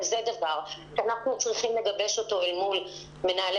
אבל זה דבר שאנחנו צריכים לגבש אל מול מנהלי